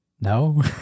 No